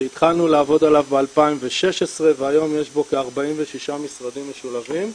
שהתחלנו לעבוד עליו ב-2016 והיום יש בו כ-46 משרדים משולבים,